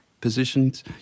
positions